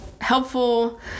helpful